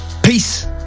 Peace